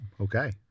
Okay